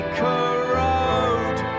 corrode